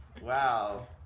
Wow